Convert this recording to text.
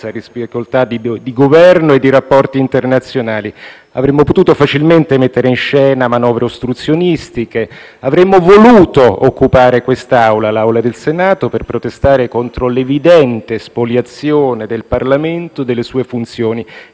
difficoltà di Governo e di rapporti internazionali. Avremmo potuto facilmente mettere in scena manovre ostruzionistiche; avremmo voluto occupare quest'Aula del Senato per protestare contro l'evidente spoliazione del Parlamento e delle sue funzioni.